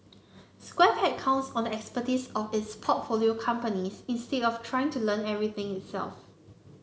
Square Peg counts on the expertise of its portfolio companies instead of trying to learn everything itself